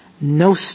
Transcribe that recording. no